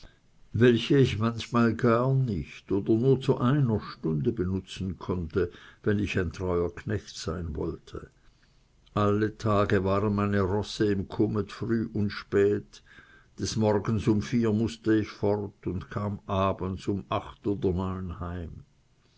welche ich manchmal gar nicht oder nur zu einer stunde benutzen konnte wenn ich ein treuer knecht sein wollte alle tage waren meine rosse im kommet früh und spät des morgens um vier mußte ich fort und kam abends um acht oder neun heim